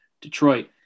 Detroit